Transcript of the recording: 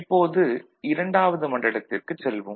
இப்போது 2வது மண்டலத்திற்குச் செல்வோம்